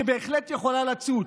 שבהחלט יכולה לצוץ.